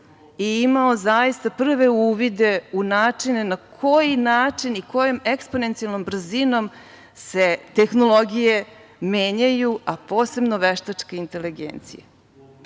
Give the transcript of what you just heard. je imao zaista prve uvide u načine na koji način i kojom eksponencijalnom brzinom se tehnologije menjaju, a posebno veštačka inteligencija. Veštačka